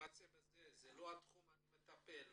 מתמצאים בזה וזה לא התחום שאתם מטפלים בו,